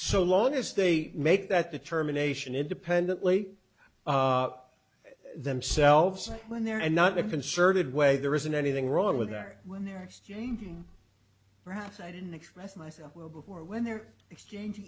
so long as they make that determination independently themselves and when they're and not a concerted way there isn't anything wrong with that when they're exchanging perhaps i didn't express myself well before when their exchang